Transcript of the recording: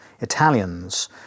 Italians